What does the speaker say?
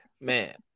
man